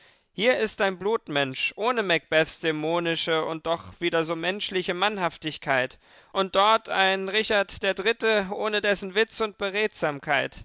hier ist ein blutmensch ohne macbeths dämonische und doch wieder so menschliche mannhaftigkeit und dort ein richard der dritte ohne dessen witz und